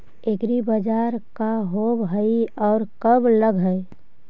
एग्रीबाजार का होब हइ और कब लग है?